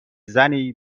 زنی